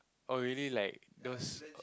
oh really like those